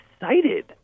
excited